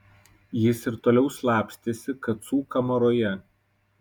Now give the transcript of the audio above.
jis ir toliau slapstėsi kacų kamaroje